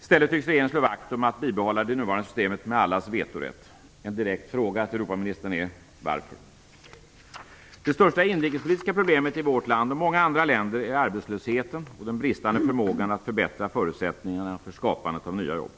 I stället tycks regeringen slå vakt om att bibehålla det nuvarande systemet med allas vetorätt. En direkt fråga till Europaministern blir: Varför? Det största inrikespolitiska problemet i vårt land och många andra länder är arbetslösheten och den bristande förmågan att förbättra förutsättningarna för skapandet av nya jobb.